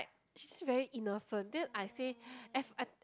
she's just very innocent then I say F I I